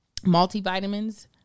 multivitamins